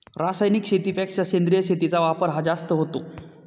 रासायनिक शेतीपेक्षा सेंद्रिय शेतीचा वापर हा जास्त होतो